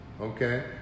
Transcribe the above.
Okay